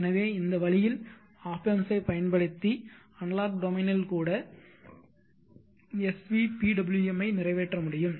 எனவே இந்த வழியில் ஒப் ஆம்ப்ஸைப் பயன்படுத்தி அனலாக் டொமைனில் கூட svpwm ஐ நிறைவேற்ற முடியும்